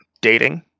dating